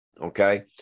okay